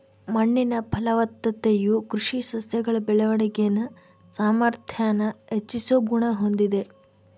ಮಣ್ಣಿನ ಫಲವತ್ತತೆಯು ಕೃಷಿ ಸಸ್ಯಗಳ ಬೆಳವಣಿಗೆನ ಸಾಮಾರ್ಥ್ಯಾನ ಹೆಚ್ಚಿಸೋ ಗುಣ ಹೊಂದಿದೆ